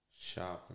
shopping